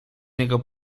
niego